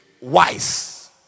wise